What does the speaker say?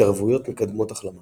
התערבויות מקדמות החלמה